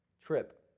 trip